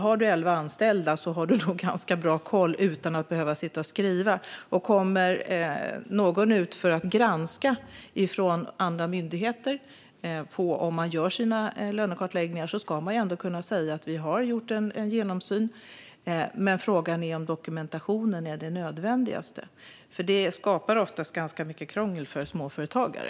Har man elva anställda har man nog ganska bra koll utan att behöva sitta och skriva. Kommer det någon från en myndighet och granskar ska man ju kunna säga att man gör lönekartläggningar, men frågan är hur nödvändig dokumentationen är. Den skapar ofta ganska mycket krångel för småföretagare.